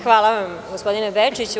Hvala vam gospodine Bečiću.